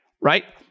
right